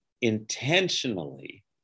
intentionally